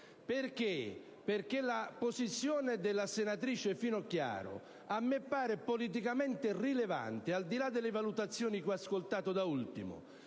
politico. La posizione della senatrice Finocchiaro, infatti, a me pare politicamente rilevante, al di là delle valutazioni che ho ascoltato da ultimo,